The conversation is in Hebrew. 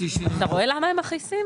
אתה רואה למה הם מכעיסים?